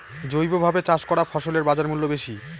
জৈবভাবে চাষ করা ফসলের বাজারমূল্য বেশি